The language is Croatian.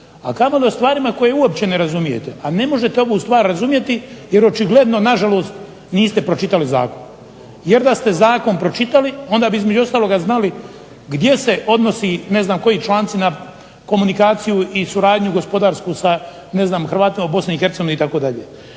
a kamoli o stvarima koje uopće ne razumijete, a ne možete ovu stvar razumjeti jer očigledno na žalost niste pročitali zakon. Jer da ste zakon pročitali onda bi između ostaloga znali gdje se odnosi ne znam koji članci na komunikaciju i suradnju gospodarsku sa ne znam Hrvatima u Bosni i Hercegovini itd. Dakle,